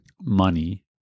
money